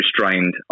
restrained